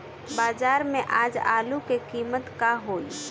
बाजार में आज आलू के कीमत का होई?